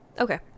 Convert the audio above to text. Okay